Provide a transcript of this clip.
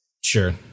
Sure